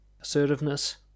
Assertiveness